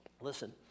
Listen